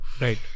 right